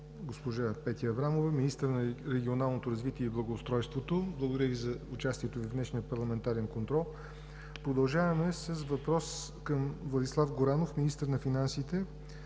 госпожа Петя Аврамова – министър на регионалното развитие и благоустройството. Благодаря Ви за участието в днешния парламентарен контрол! Продължаваме с въпрос към Владислав Горанов – министър на финансите.